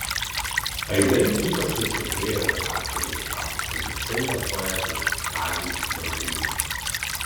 aidai ypač sustiprėjo redaktoriumi tapus ambicingam poetui kaziui bradūnui